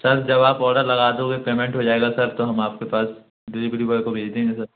sir जब आप order लगा दोगे पेंमेंट हो जाएगा सर तो हम आपके पास डिलीवरी बॉय को भेज देंगे सर